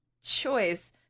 choice